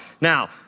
Now